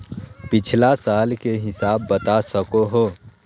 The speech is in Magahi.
पिछला साल के हिसाब बता सको हो?